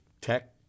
tech